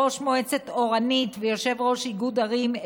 ראש מועצת אורנית ויושב-ראש איגוד ערים,